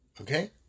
okay